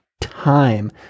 time